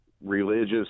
religious